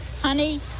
honey